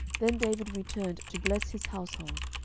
then david returned to bless his household.